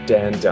Dan